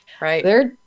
right